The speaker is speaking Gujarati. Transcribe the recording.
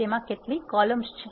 તેમાં કેટલી કોલમ્સ છે